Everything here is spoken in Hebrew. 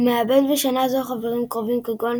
הוא מאבד בשנה זו חברים קרובים כגון